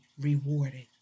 rewarded